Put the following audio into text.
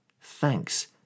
Thanks